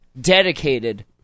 dedicated